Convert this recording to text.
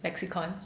lexicon